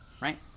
Right